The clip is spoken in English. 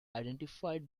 identified